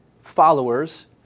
followers